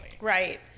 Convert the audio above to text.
Right